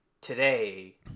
today